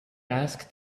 asked